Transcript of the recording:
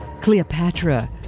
Cleopatra